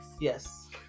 Yes